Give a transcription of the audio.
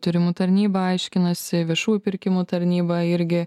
tyrimų tarnyba aiškinasi viešųjų pirkimų tarnyba irgi